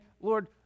Lord